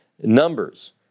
Numbers